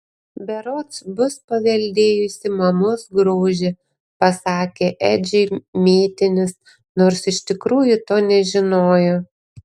berods bus paveldėjusi mamos grožį pasakė edžiui mėtinis nors iš tikrųjų to nežinojo